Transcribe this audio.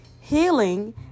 healing